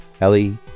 Ellie